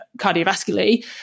cardiovascularly